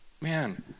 man